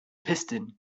piston